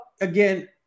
again